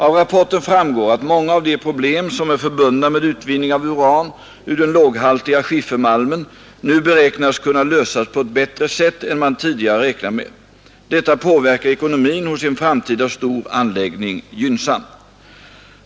Av rapporten framgår att många av de problem som är förbundna med utvinning av uran ur den låghaltiga skiffermalmen nu beräknas kunna lösas på ett bättre sätt än man tidigare räknat med. Detta påverkar ekonomin hos en framtida stor anläggning gynnsamt.